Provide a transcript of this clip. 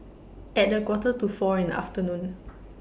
At A Quarter to four in The afternoon